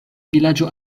vilaĝo